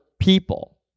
people